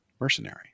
mercenary